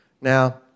Now